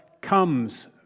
comes